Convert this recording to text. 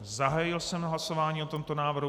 Zahájil jsem hlasování o tomto návrhu.